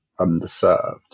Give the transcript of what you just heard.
underserved